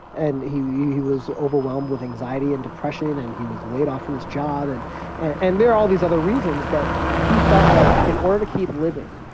and he he was overwhelmed with anxiety and depression. and he was laid off from his job. and and there are all these other reasons. but he felt like in order to keep living,